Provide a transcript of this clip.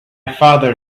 father